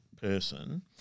person